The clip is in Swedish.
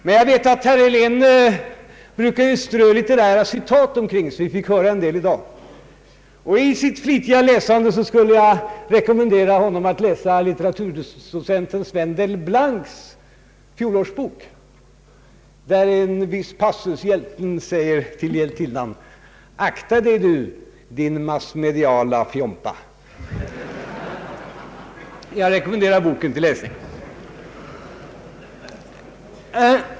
Men jag vet att herr Helén brukar strö litterära citat omkring sig och vi fick höra en del i dag. Jag skulle vilja rekommendera herr Helén att läsa litteraturdocenten Sven Delblancs fjolårsbok, där i en passus hjälten säger till hjältinnan: Akta dig du, din massmediala fjompa. Jag rekommenderar boken till läsning.